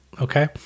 okay